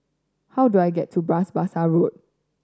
how do I get to Bras Basah Road